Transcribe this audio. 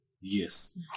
Yes